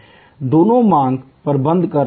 दोनों मांग प्रबंधन कर रहे हैं